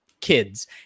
kids